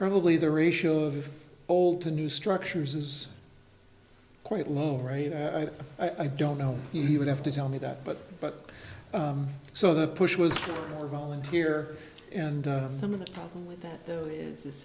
probably the ratio of old to new structures quite low right i don't know he would have to tell me that but but so the push was volunteer and some of the problem with that